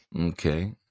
Okay